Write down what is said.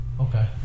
Okay